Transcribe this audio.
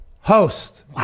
host